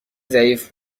ضعیف